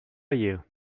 you